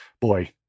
boy